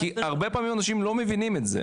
כי הרבה פעמים לא מבינים את זה,